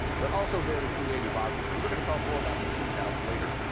but also very creative, obviously. we're gonna talk more about the treehouse later,